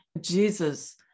Jesus